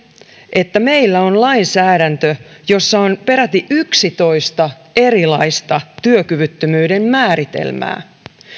että meillä on lainsäädäntö jossa on peräti yksitoista erilaista työkyvyttömyyden määritelmää